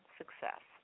success